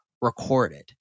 recorded